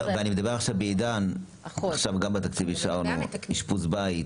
אישרנו עכשיו בתקציב אשפוז בית